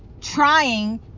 trying